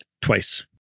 twice